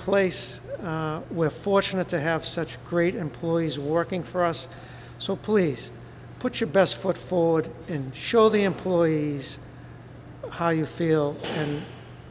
place we're fortunate to have such great employees working for us so police put your best foot forward and show the employees how you feel and